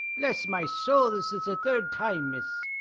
bless my soul, this is the third time, miss.